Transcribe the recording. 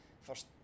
first